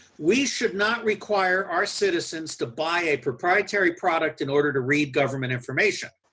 we should not require our citizens to buy a proprietary product in order to read government information.